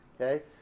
Okay